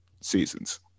seasons